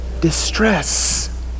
Distress